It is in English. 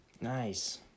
Nice